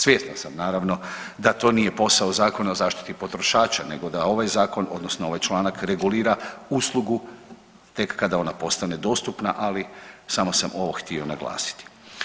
Svjestan sam naravno, da to nije posao Zakona o zaštiti potrošača nego da ovaj Zakon, odnosno ovaj članak regulira uslugu tek kada ona postane dostupna, ali samo sam ovo htio naglasiti.